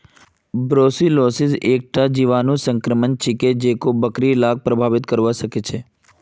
brucellosis एकता जीवाणु संक्रमण छिके जेको बकरि लाक प्रभावित करवा सकेछे